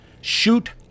Shoot